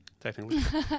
technically